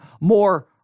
more